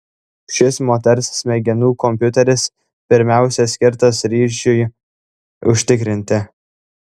šis moters smegenų kompiuteris pirmiausia skirtas ryšiui užtikrinti